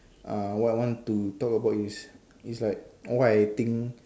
uh what I want to talk about is is like what I think